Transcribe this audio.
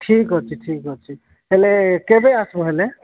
ଠିକ୍ ଅଛି ଠିକ୍ ଅଛି ହେଲେ କେବେ ଆସିବ ହେଲେ